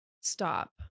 stop